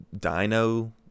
dino